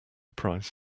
price